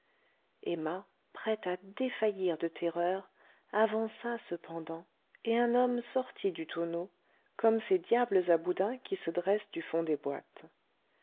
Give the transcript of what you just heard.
emma prête à défaillir de terreur avança cependant et un homme sortit du tonneau comme ces diables à boudin qui se dressent du fond des boîtes